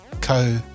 co